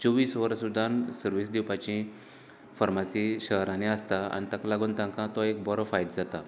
चोवीस वरां सुद्दांन सर्वीस दिवपाची फार्माशी शहरांनी आसतात आनी ताका लागून तांकां तो एक बरो फायदो जाता